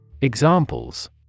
Examples